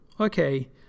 Okay